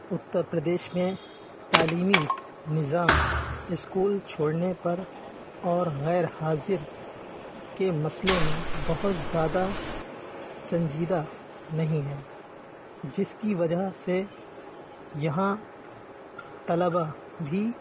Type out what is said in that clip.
اتّر پردیش میں تعلیمی نظام اسکول چھوڑنے پر اور غیرحاضر کے مسئلے میں بہت زیادہ سنجیدہ نہیں ہے جس کی وجہ سے یہاں طلباء بھی